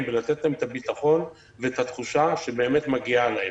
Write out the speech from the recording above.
ולתת להם את הביטחון ואת התחושה שבאמת מגיעה להם.